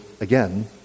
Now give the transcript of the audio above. again